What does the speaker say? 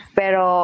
pero